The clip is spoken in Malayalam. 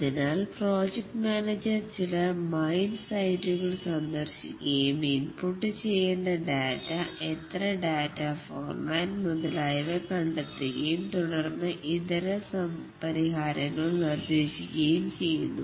അതിനാൽ പ്രോജക്റ്റ് മാനേജർ ചില മൈൻ സൈറ്റുകൾ സന്ദർശിക്കുകയും ഇൻപുട്ട് ചെയ്യേണ്ട ഡാറ്റ എത്ര ഡാറ്റ ഫോർമാറ്റ് മുതലായവ കണ്ടെത്തുകയും തുടർന്ന് ഇതര പരിഹാരങ്ങൾ നിർദേശിക്കുകയും ചെയ്യുന്നു